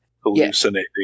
hallucinating